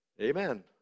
Amen